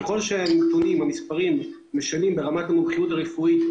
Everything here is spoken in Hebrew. ככל שהנתונים והמספרים משנים את הצורך הרפואי,